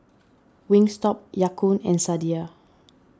Wingstop Ya Kun and Sadia